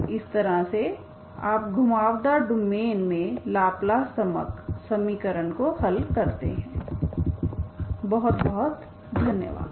तो इस तरह से आप घुमावदार डोमेन में लाप्लास समीकरण को हल करते हैं बहुत बहुत धन्यवाद